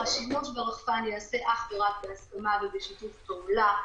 ויצאה הנחיה: השימוש ברחפן ייעשה אך ורק בהסכמה ובשיתוף פעולה,